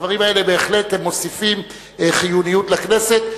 הדברים האלה בהחלט מוסיפים חיוניות לכנסת.